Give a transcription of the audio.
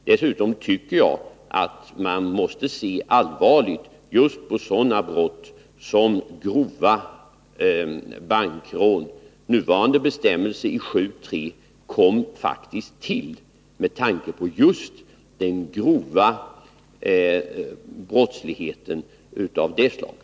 Dessutom tycker jag att man måste se allvarligt just på sådana brott som grova bankrån. Nuvarande bestämmelser i 7:3 kom faktiskt till med tanke på just den grova brottsligheten av det slaget.